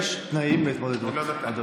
יש תנאים להתמודדות, אדוני.